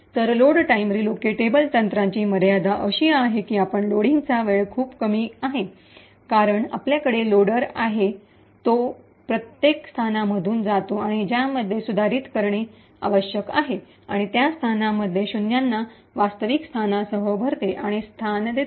तर load time relocatable तंत्राची मर्यादा अशी आहे की त्यात लोडिंगचा वेळ खूप कमी आहे कारण आपल्याकडे लोडर आहे जो प्रत्येक स्थानामधून जातो ज्यामध्ये सुधारित करणे आवश्यक आहे आणि त्या स्थानामध्ये शून्यांना वास्तविक स्थानासह भरते आणि स्थान देते